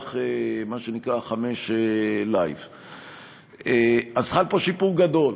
מה שנקרא Live 5. אז חל פה שיפור גדול.